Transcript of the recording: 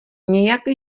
nějak